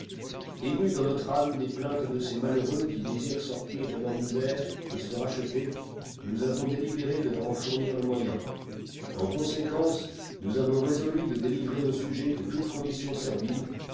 emu dans notre âme des plaintes de ces malheureux qui désirent sortir de leur misère et se racheter nous avons délibéré de leur en fournir le moyen en conséquence nous avons résolu de délivrer nos sujets de toute condition servile